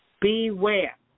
Beware